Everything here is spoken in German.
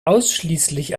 ausschließlich